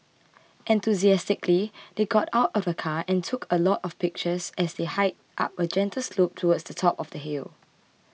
enthusiastically they got out of the car and took a lot of pictures as they hiked up a gentle slope towards the top of the hill